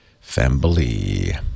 family